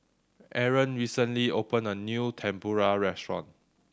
Arron recently opened a new Tempura restaurant